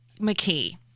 McKee